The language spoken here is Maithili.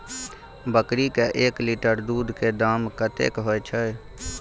बकरी के एक लीटर दूध के दाम कतेक होय छै?